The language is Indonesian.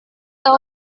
tahu